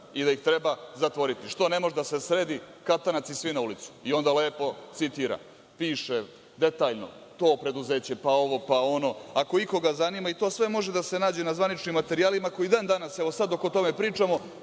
i da ih treba zatvoriti. Što ne može da se sredi, katanac i svi na ulicu i onda lepo, citiram, piše detaljno, to preduzeće, pa ovo, pa ono, ako ikoga zanima, i to sve može da se nađe na zvaničnim materijalima koji i dan danas, evo, sad dok o tome pričamo,